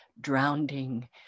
drowning